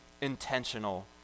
intentional